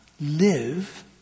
live